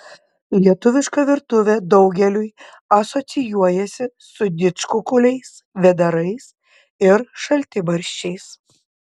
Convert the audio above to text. lietuviška virtuvė daugeliui asocijuojasi su didžkukuliais vėdarais ir šaltibarščiais